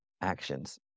actions